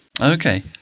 Okay